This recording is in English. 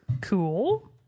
cool